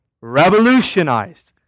Revolutionized